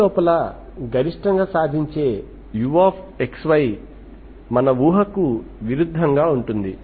లోపల గరిష్టంగా సాధించే uxy ఊహకు విరుద్ధంగా ఉంటుంది